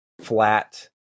flat